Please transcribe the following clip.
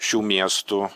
šių miestų